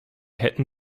hätten